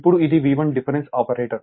ఇప్పుడుఇది V1 difference operator